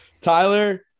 Tyler